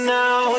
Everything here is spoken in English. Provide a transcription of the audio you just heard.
now